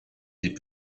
des